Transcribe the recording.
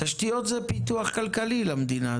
תשתיות זה פיתוח כלכלי למדינה,